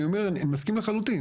אני מסכים לחלוטין,